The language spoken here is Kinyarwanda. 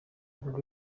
urwego